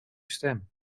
stem